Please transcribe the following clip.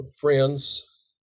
friends